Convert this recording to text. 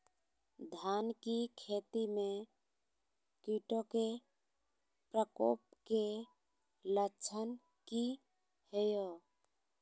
धान की खेती में कीटों के प्रकोप के लक्षण कि हैय?